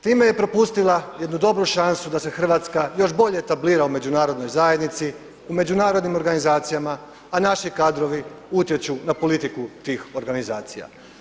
Time je propustila jednu dobru šansu da se Hrvatska još bolje etablira u međunarodnoj zajednici, u međunarodnim organizacijama, a naši kadrovi utječu na politiku tih organizacija.